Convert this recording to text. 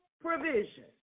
provision